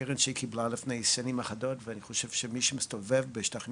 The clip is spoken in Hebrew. קרן שהיא קיבלה לפני שנים אחדות ואני חושב שמי שמסתובב בשטחים